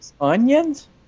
Onions